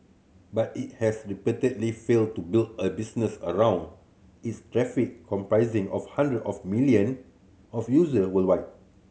but it has repeatedly failed to build a business around its traffic comprising of hundred of million of user worldwide